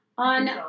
on